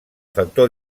factor